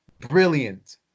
brilliant